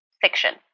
fiction